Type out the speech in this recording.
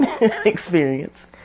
experience